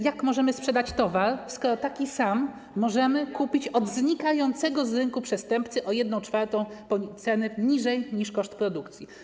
Jak możemy sprzedać towar, skoro taki sam możemy kupić od znikającego z rynku przestępcy w cenie o 1/4 niższej niż koszt produkcji?